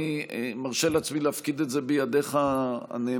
אני מרשה לעצמי להפקיד את זה בידיך הנאמנות.